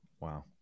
Wow